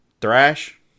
thrash